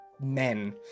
men